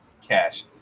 cash